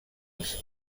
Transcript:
بشه